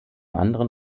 anderen